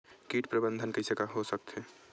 कीट प्रबंधन कइसे हो सकथे?